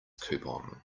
coupon